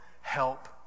help